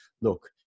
look